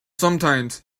sometimes